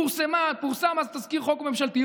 פורסם אז תזכיר חוק ממשלתי,